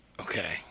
Okay